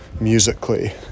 musically